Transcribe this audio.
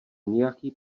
nějaký